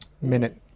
Minute